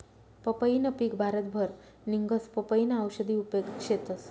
पंपईनं पिक भारतभर निंघस, पपयीना औषधी उपेग शेतस